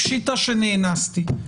פשיטא שנאנסתי.